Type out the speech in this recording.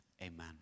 Amen